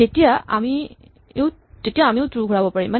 তেতিয়া আমিও ট্ৰো ঘূৰাব পাৰিম